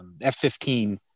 F-15